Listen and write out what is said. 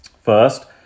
First